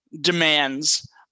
demands